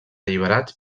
alliberats